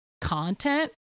content